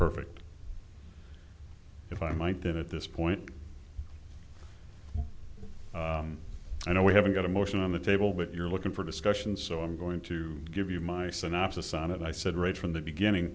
perfect if i might that at this point i know we haven't got a motion on the table but you're looking for discussion so i'm going to give you my synopsis on it i said right from the beginning